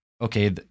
okay